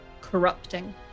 corrupting